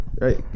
right